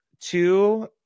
two